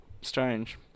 strange